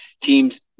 teams